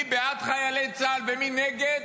מי בעד חיילי צה"ל ומי נגד,